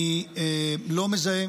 אני לא מזהה